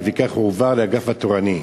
ולפיכך הוא הועבר לאגף התורני.